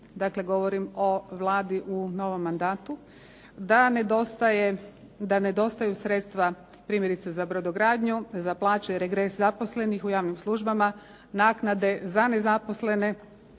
dakle govorimo o Vladi u novom mandatu, da nedostaju sredstva primjerice za brodogradnju, za plaće i regres zaposlenih u javnim službama, naknade za nezaposlene,